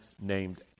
named